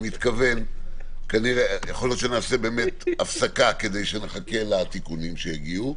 יכול להיות שנעשה הזמנה ונחכה לתיקונים שיגיעו.